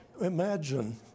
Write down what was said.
Imagine